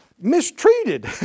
mistreated